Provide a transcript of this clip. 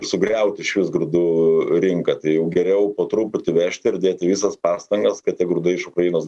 sugriauti išvis grūdų rinką tai jau geriau po truputį vežti ir dėti visas pastangas kad tie grūdai iš ukrainos